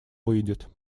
выйдет